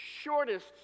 shortest